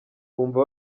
bumva